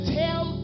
tell